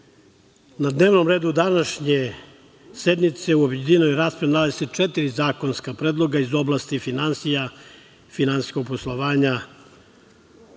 na dnevnom redu današnje sednice u objedinjenoj raspravi nalazi se četiri zakonska predloga iz oblasti finansija, finansijskog poslovanja. Na